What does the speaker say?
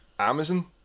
Amazon